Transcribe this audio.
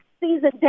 Season